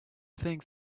think